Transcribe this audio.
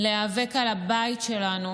להיאבק על הבית שלנו